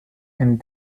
and